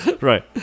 Right